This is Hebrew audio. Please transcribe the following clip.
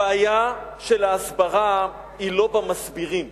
הבעיה של ההסברה היא לא במסבירים,